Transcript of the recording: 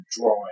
drawing